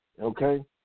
okay